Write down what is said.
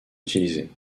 utilisé